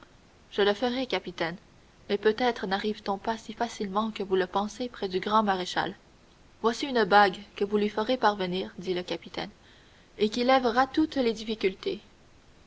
je le ferai capitaine mais peut-être narrive t on pas si facilement que vous le pensez près du grand maréchal voici une bague que vous lui ferez parvenir dit le capitaine et qui lèvera toutes les difficultés